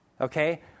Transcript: Okay